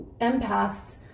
empaths